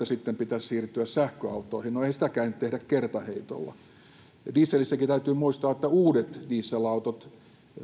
sitten pitäisi siirtyä sähköautoihin no ei sitäkään nyt tehdä kertaheitolla dieselissäkin täytyy muistaa että uudet dieselautot